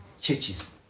churches